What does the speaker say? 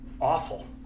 awful